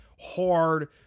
hard